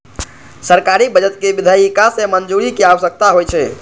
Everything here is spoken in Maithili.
सरकारी बजट कें विधायिका सं मंजूरी के आवश्यकता होइ छै